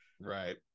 Right